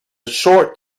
short